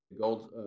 gold